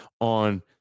on